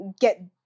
get